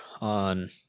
on